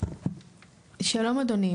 שלום אדוני,